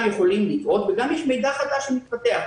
יכולים לטעות וגם יש מידע חדש שמתפתח.